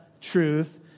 truth